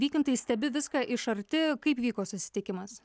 vykintai stebi viską iš arti kaip vyko susitikimas